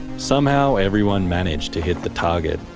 somehow everyone managed to hit the target,